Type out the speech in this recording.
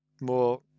more